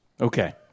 Okay